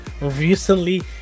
recently